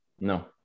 no